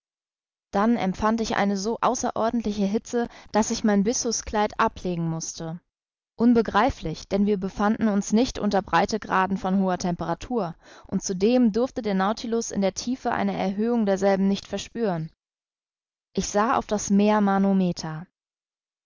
dann empfand ich eine so außerordentliche hitze daß ich mein byssuskleid ablegen mußte unbegreiflich denn wir befanden uns nicht unter breitegraden von hoher temperatur und zudem durfte der nautilus in der tiefe eine erhöhung derselben nicht verspüren ich sah auf das meer manometer